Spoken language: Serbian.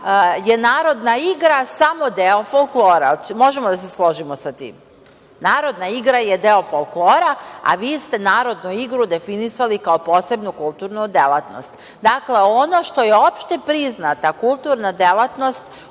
je narodna igra samo deo folklora. Jel možemo da se složimo sa tim? Narodna igra je deo folklora, a vi ste narodnu igru definisali kao posebnu kulturnu delatnost. Dakle, ono što je opšte priznata kulturna delatnost